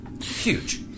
huge